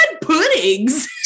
puddings